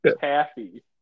Taffy